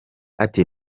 ati